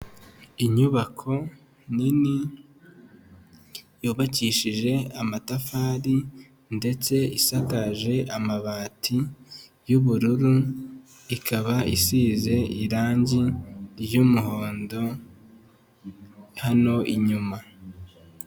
Inyubako nini yubakishije amatafari ndetse isakaje amabati y'ubururu, ikaba isize irangi ry'umuhondo hano inyuma.